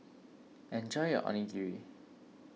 enjoy your Onigiri